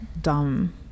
dumb